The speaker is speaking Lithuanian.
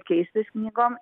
keistis knygom